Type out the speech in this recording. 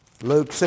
Luke